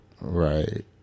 Right